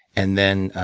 and then